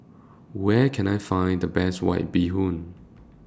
Where Can I Find The Best White Bee Hoon